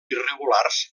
irregulars